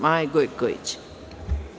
Maje Gojković.